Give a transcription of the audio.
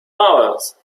hours